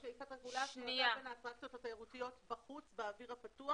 יש הפרדה בין האטרקציות התיירותיות בחוץ באוויר הפתוח